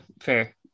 fair